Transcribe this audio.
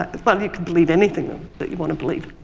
well you can believe anything that you wanna believe.